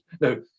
no